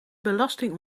belasting